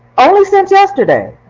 only since yesterday,